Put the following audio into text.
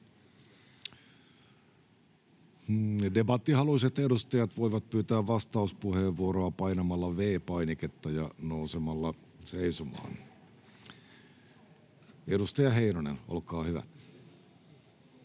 Debattihaluiset edustajat voivat pyytää vastauspuheenvuoroa painamalla V-painiketta ja nousemalla seisomaan. — Edustaja Heinonen, olkaa hyvä.